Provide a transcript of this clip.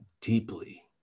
deeply